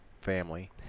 family